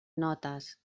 notes